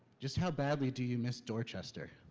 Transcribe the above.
just how badly do you miss dorchester?